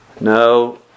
No